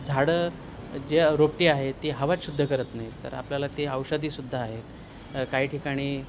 झाडं जी रोपटी आहे ती हवाच शुद्ध करत नाही तर आपल्याला ती औषधीसुद्धा आहेत काही ठिकाणी